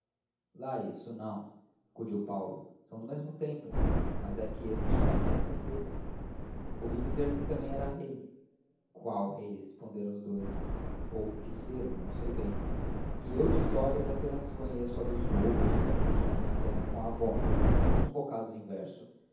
lá isso não acudiu paulo são do mesmo tempo mas é que este vale mais que aquele ouvi dizer que também era rei qual rei responderam os dous ou quis sê-lo não sei bem que eu de histórias apenas conheço a dos mouros que aprendi na minha terra com a avó alguns bocados